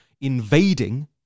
invading